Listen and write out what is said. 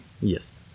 Yes